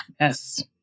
Yes